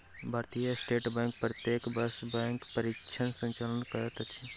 भारतीय स्टेट बैंक प्रत्येक वर्ष बैंक परीक्षाक संचालन करैत अछि